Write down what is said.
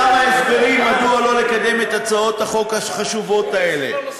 כמה הסברים מדוע לא לקדם את הצעות החוק החשובות האלה.